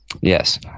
Yes